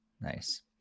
nice